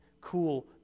cool